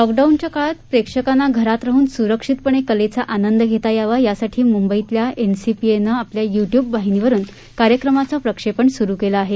लॉकडाऊनच्या काळात प्रेक्षकांना घरात राहून सुरक्षितपणे कलेचा आनंद घेता यावा यासाठी मुंबईतल्या एनसीपीएनं आपल्या युट्युब वाहिनीवरून कार्यक्रमांचं प्रक्षेपण सुरू केलं आहे